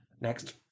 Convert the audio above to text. Next